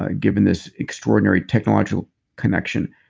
ah given this extraordinary technological connection.